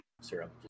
syrup